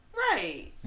right